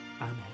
Amen